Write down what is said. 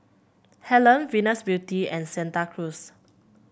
Helen Venus Beauty and Santa Cruz